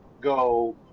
go